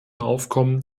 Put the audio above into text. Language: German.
aufkommen